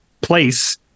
place